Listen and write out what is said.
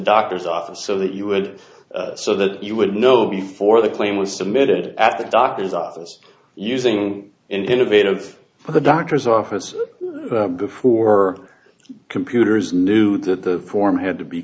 doctor's office so that you would so that you would know before the claim was submitted at the doctor's office using innovative for the doctor's office before computers knew that the form had to be